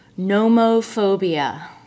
Nomophobia